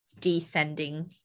descending